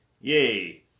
Yay